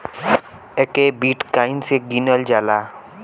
एके बिट्काइन मे गिनल जाला